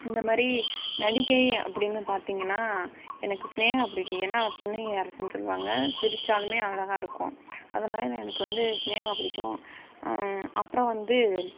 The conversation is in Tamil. இந்த மாதிரி நடிகை அப்படினு பார்த்தீங்கனா எனக்கு சினேகா பிடிக்கும் ஏன்னா அவள் புன்னகை அரசினு சொல்லுவாங்க சிரிச்சாலும் அழகாக இருக்கும் அதனால எனக்கு வந்து சினேகா பிடிக்கும் அப்றம் வந்து